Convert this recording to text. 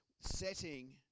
setting